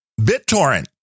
BitTorrent